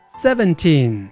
seventeen